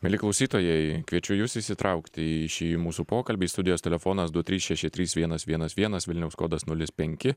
mieli klausytojai kviečiu jus įsitraukti į šį mūsų pokalbį studijos telefonas du trys šeši trys vienas vienas vienas vilniaus kodas nulis penki